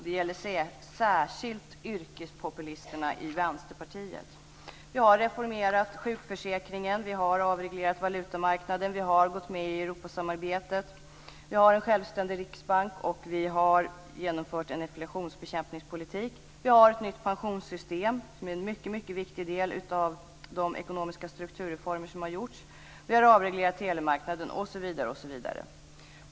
Det gäller särskilt yrkespopulisterna i Vänsterpartiet. Vi har reformerat sjukförsäkringen, vi har avreglerat valutamarknaden, vi har gått med i Europasamarbetet, vi har en självständig riksbank och vi har genomfört en inflationsbekämpningspolitik. Vi har ett nytt pensionssystem, som är en mycket viktig del av de ekonomiska strukturreformer som har gjorts, vi har avreglerat telemarknaden osv.